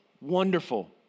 wonderful